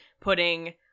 putting